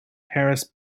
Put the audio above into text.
paris